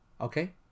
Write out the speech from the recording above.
okay